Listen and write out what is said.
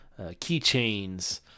keychains